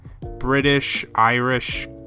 British-Irish